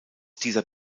dieser